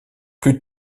plus